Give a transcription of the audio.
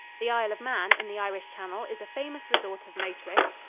the isle of man, in the irish channel, is a famous resort of motorists,